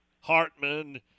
Hartman